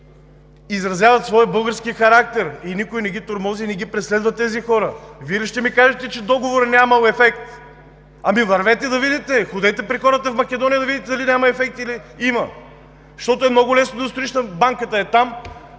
изразяват своя български характер и никой не тормози и не преследва тези хора. Вие ли ще ми кажете, че Договорът нямал ефект? Ами вървете да видите, ходете при хората в Македония да видите дали няма ефект, или има! Много е лесно да стоиш ей там